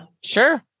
Sure